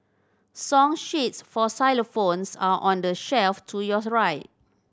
song sheets for xylophones are on the shelf to yours right